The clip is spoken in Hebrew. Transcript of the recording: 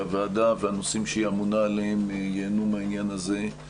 שהוועדה והנושאים שהיא אמונה עליהם ייהנו מהעניין הזה.